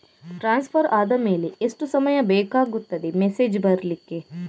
Transfer ಆದ್ಮೇಲೆ ಎಷ್ಟು ಸಮಯ ಬೇಕಾಗುತ್ತದೆ ಮೆಸೇಜ್ ಬರ್ಲಿಕ್ಕೆ?